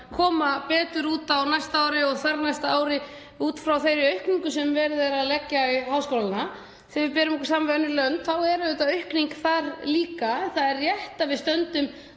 koma betur út á næsta ári og þar næsta ári út frá þeirri aukningu sem verið er að leggja í háskólana. Þegar við berum okkur saman við önnur lönd þá er auðvitað aukning þar líka. Það er rétt að við stöndum